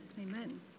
Amen